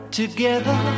together